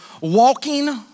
walking